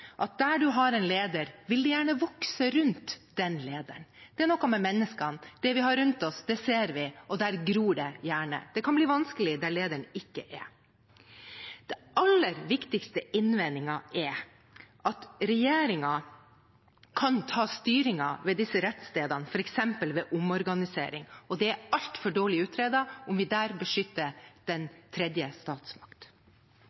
at der man har en leder, vil det gjerne vokse rundt den lederen. Det er noe med menneskene – det vi har rundt oss, ser vi, og der gror det gjerne. Det kan bli vanskelig der lederen ikke er. Den aller viktigste innvendingen er at regjeringen kan ta styringen ved disse rettsstedene, f.eks. ved omorganisering, og det er altfor dårlig utredet om vi der beskytter